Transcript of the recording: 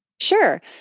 Sure